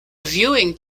viewing